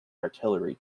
artillery